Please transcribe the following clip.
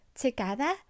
together